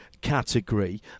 category